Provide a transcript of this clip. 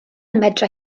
medrai